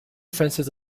frances